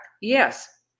yes